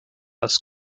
als